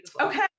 Okay